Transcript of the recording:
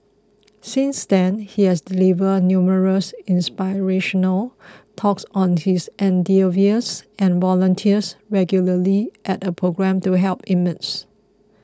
since then he has delivered numerous inspirational talks on his endeavours and volunteers regularly at a programme to help inmates